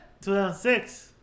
2006